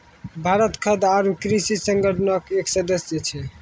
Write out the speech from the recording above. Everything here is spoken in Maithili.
भारत खाद्य आरो कृषि संगठन के एक सदस्य छै